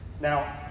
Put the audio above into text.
Now